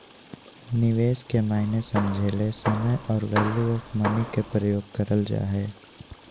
निवेश के मायने समझे ले समय आर वैल्यू ऑफ़ मनी के प्रयोग करल जा हय